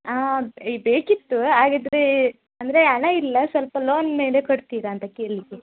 ಆಂ ಬೇಕಿತ್ತು ಹಾಗಿದ್ರೇ ಅಂದರೆ ಹಣ ಇಲ್ಲ ಸ್ವಲ್ಪ ಲೋನ್ ಮೇಲೆ ಕೊಡ್ತೀರಾ ಅಂತ ಕೇಳಲಿಕ್ಕೆ